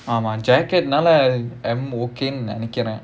ஆமா:aamaa jacket நால:naala M okay நினைக்கிறேன்:ninnaikkiraen